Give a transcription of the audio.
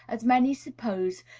as many suppose,